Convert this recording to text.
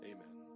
Amen